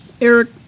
Eric